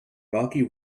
rocky